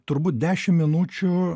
turbūt dešimt minučių